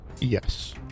Yes